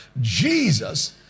Jesus